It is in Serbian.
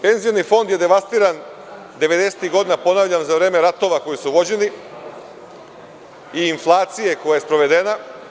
Penzioni fond je devastiran 90-tih godina, ponavljam, za vreme ratova koji su vođeni i inflacije koja je sprovedena.